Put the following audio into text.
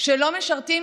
שלא משרתים